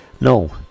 no